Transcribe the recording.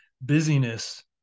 busyness